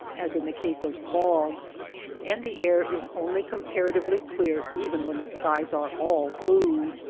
as in the case of fog and the air is only com paratively clear even when the skies are all blue.